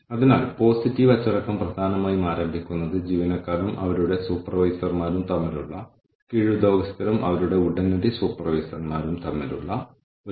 അതിനാൽ ഒരു ദിവസത്തെ കാഷ്വൽ ലീവ് ആവശ്യമാണെങ്കിൽ ഈ ലീവ് കുറിപ്പ് വ്യക്തിയുടെ സ്വകാര്യ ഫയലിൽ പ്രവേശിക്കുന്നത് വരെ എടുത്ത ആകെ സമയം ഏകദേശം 3 ദിവസമായിരുന്നു